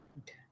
Okay